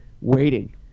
waiting